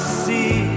see